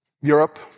Europe